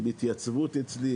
עם התייצבות אצלי,